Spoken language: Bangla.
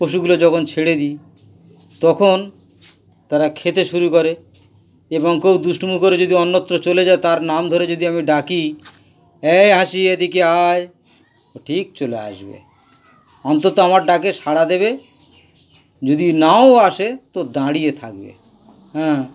পশুগুলো যখন ছেড়ে দিই তখন তারা খেতে শুরু করে এবং কেউ দুষ্টুমি করে যদি অন্যত্র চলে যায় তার নাম ধরে যদি আমি ডাকি এই হাসি এদিকে আয় ঠিক চলে আসবে অন্তত আমার ডাকে সাড়া দেবে যদি নাও আসে তো দাঁড়িয়ে থাকবে হ্যাঁ